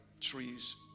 trees